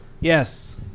Yes